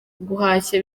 guhashya